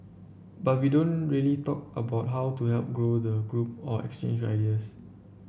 but we don't really talk about how to help grow the group or exchange ideas